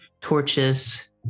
torches